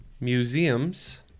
Museums